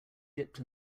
dipped